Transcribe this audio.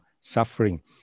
suffering